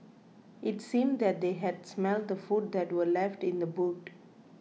it seemed that they had smelt the food that were left in the boot